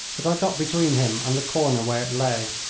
but i got between him and the corner where it lay.